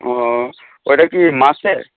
ও ওটা কি মাসে